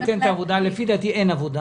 לפי דעתי אין עבודה,